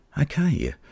Okay